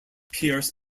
pierced